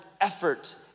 effort